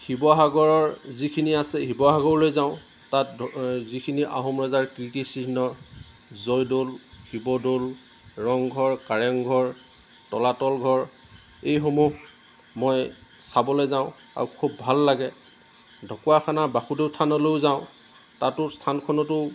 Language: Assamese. শিৱসাগৰৰ যিখিনি আছে শিৱসাগৰলৈ যাওঁ তাত যিখিনি আহোম ৰজাৰ কীৰ্তিচিহ্ন জয়দৌল শিৱদৌল ৰংঘৰ কাৰেংঘৰ তলাতল ঘৰ এইসমূহ মই চাবলৈ যাওঁ আৰু খুব ভাল লাগে ঢকুৱাখানা বাসুদেৱ থানলৈও যাওঁ তাতো থানখনতো